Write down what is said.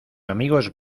amigos